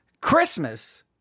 Christmas